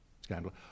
scandal